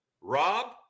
Rob